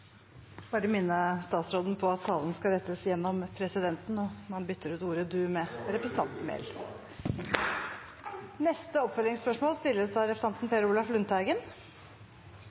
bare minne statsråden på at talen skal rettes gjennom presidenten, og at man bytter ut ordet «du». Per Olaf Lundteigen – til oppfølgingsspørsmål.